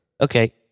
Okay